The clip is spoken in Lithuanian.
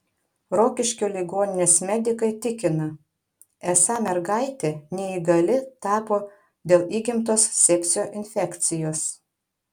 rokiškio ligoninės medikai tikina esą mergaitė neįgali tapo dėl įgimtos sepsio infekcijos